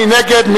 מי נגד?